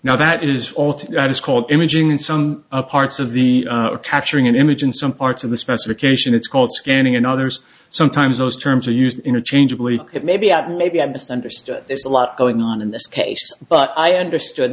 now that is all it is called imaging in some parts of the capturing an image in some parts of the specification it's called scanning in others sometimes those terms are used interchangeably it may be out maybe i misunderstood there's a lot going on in this case but i understood